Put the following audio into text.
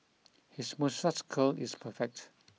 his moustache curl is perfect